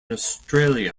australia